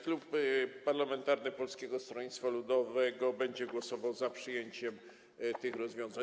Klub parlamentarny Polskiego Stronnictwa Ludowego będzie głosował za przyjęciem tych rozwiązań.